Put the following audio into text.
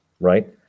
right